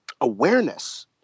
awareness